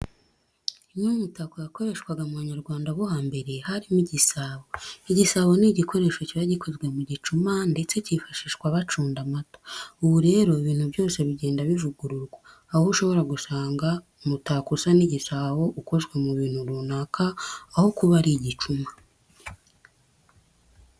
Imwe mu mitako yakoreshwaga mu banyarwanda bo hambere harimo igisabo. Igisabo ni igikoresho kiba gikozwe mu gicuma ndetse kifashishwaga bacunda amata. Ubu rero ibintu byose bigenda bivugururwa aho ushobora gusanga umutako usa n'igisabo ukozwe mu bintu runaka aho kuba ari igicuma.